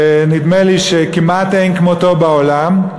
ונדמה לי שכמעט אין כמותו בעולם.